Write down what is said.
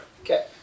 Okay